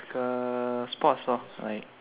like a sports